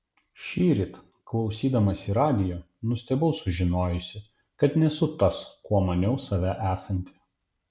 šįryt klausydamasi radijo nustebau sužinojusi kad nesu tas kuo maniau save esanti